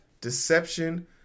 deception